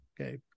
Okay